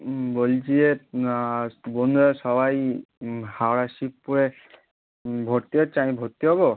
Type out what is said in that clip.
হুম বলছি যে বন্ধুরা সবাই হাওড়া শিবপুরে ভর্তি হচ্ছে আমি ভর্তি হবো